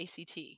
ACT